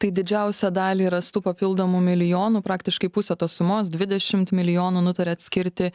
tai didžiausią dalį rastų papildomų milijonų praktiškai pusę tos sumos dvidešimt milijonų nutarėt skirti